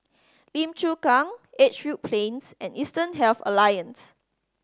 Lim Chu Kang Edgefield Plains and Eastern Health Alliance